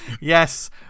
Yes